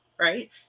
right